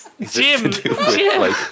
Jim